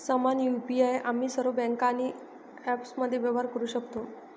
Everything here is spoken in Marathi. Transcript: समान यु.पी.आई आम्ही सर्व बँका आणि ॲप्समध्ये व्यवहार करू शकतो